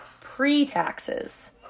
pre-taxes